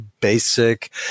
basic